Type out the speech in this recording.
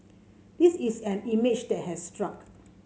this is an image that has stuck